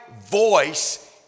voice